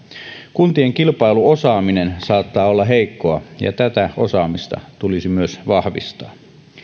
kuntien kilpailuosaaminen saattaa olla heikkoa ja tätä osaamista tulisi myös vahvistaa